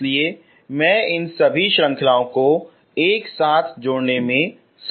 इसलिए मैं इन सभी श्रृंखलाओं को एक साथ जोड़ने में सक्षम हूं